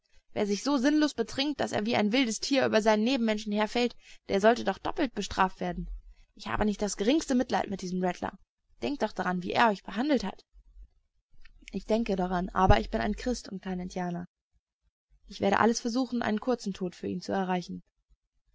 wer sich so sinnlos betrinkt daß er wie ein wildes tier über seinen nebenmenschen herfällt der sollte doch doppelt bestraft werden ich habe nicht das geringste mitleid mit diesem rattler denkt doch daran wie er euch behandelt hat ich denke daran aber ich bin ein christ und kein indianer ich werde alles versuchen einen kurzen tod für ihn zu erreichen